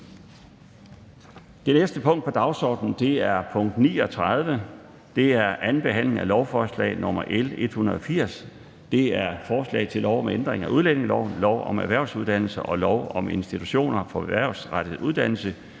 Det næste punkt på dagsordenen er: 39) 2. behandling af lovforslag nr. L 180: Forslag til lov om ændring af udlændingeloven, lov om erhvervsuddannelser og lov om institutioner for erhvervsrettet uddannelse.